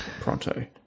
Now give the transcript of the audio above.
Pronto